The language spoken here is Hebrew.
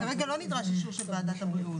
כרגע לא נדרש אישור של ועדת הבריאות.